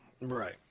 Right